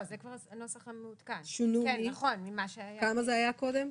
כמה זה היה קודם?